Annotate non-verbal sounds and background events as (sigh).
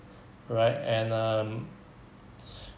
right and um (breath)